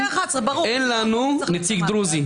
אין לנו נציג דרוזי,